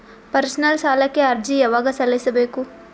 Personal ಸಾಲಕ್ಕೆ ಅರ್ಜಿ ಯವಾಗ ಸಲ್ಲಿಸಬೇಕು?